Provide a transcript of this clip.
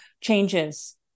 changes